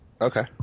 Okay